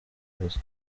gusa